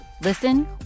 Listen